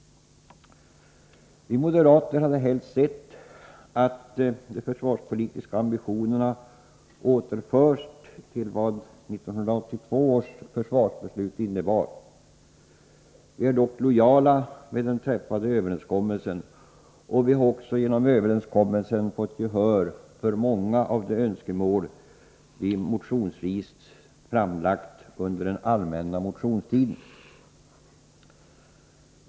Vi moderater hade helst sett att de försvarspolitiska ambitionerna återförts till vad 1982 års försvarsbeslut innebar. Vi är dock lojala med den träffade överenskommelsen. Vi har också genom överenskommelsen fått gehör för många av de önskemål vi motionsvis framlagt under den allmänna motionstiden.